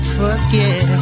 forget